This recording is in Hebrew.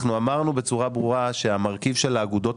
אנחנו אמרנו בצורה ברורה שהמרכיב של האגודות